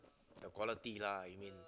the quality lah you mean